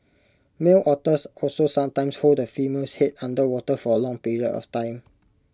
male otters also sometimes hold the female's Head under water for A long period of time